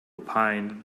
opined